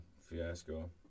fiasco